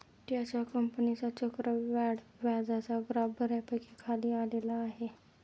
त्याच्या कंपनीचा चक्रवाढ व्याजाचा ग्राफ बऱ्यापैकी खाली आलेला आहे